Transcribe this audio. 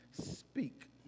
Speak